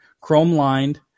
chrome-lined